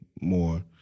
more